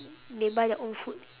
they buy their own food